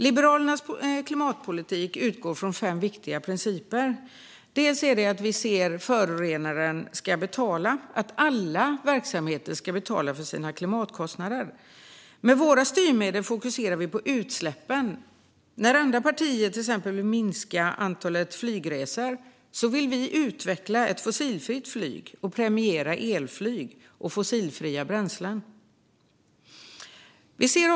Liberalernas klimatpolitik utgår från fem viktiga principer: Förorenaren ska betala. Alla verksamheter ska betala för sina klimatkostnader. Med våra styrmedel fokuserar vi på utsläppen. När andra partier exempelvis vill minska antalet flygresor vill vi utveckla ett fossilfritt flyg och premiera elflyg och fossilfria bränslen.